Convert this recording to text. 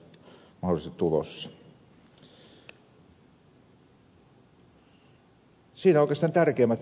siinä oikeastaan tärkeimmät